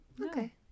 Okay